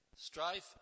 strife